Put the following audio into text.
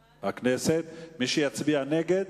הכנסת, מי שיצביע נגד